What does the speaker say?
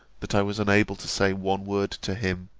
that i was unable to say one word to him,